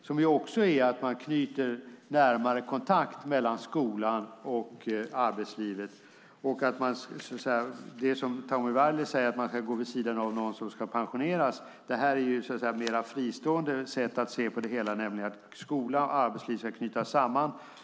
Det innebär också att man knyter en närmare kontakt mellan skolan och arbetslivet. Tommy Waidelich säger att man ska gå vid sidan av någon som ska pensioneras. Det här är ett mer fristående sätt att se på det hela. Skola och arbetsliv ska knytas samman.